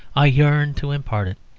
i yearn to impart it!